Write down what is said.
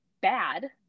bad